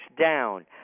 down